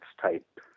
type